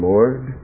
Lord